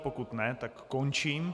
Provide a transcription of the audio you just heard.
Pokud ne, tak končím...